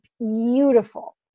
beautiful